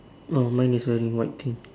oh mine is wearing white thing